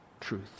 truth